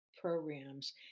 programs